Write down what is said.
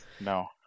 No